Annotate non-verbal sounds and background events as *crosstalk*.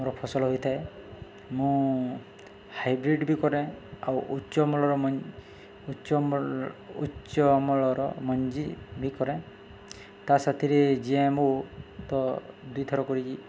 ମୋର ଫସଲ ହୋଇଥାଏ ମୁଁ ହାଇବ୍ରିଡ୍ ବି କରେ ଆଉ ଉଚ୍ଚ ଉଚ୍ଚ ଅମଳର ମଞ୍ଜି ବି କରେ ତା ସାଥିରେ *unintelligible* ତ ଦୁଇ ଥର କରିଛି